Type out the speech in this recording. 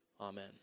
Amen